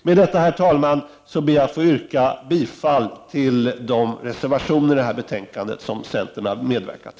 Med detta, herr talman, vill jag yrka bifall till de reservationer i detta betänkande där centern har medverkat.